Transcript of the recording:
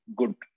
good